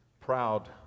proud